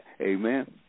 Amen